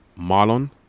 Marlon